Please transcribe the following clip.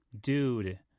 dude